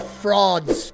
frauds